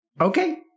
Okay